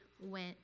went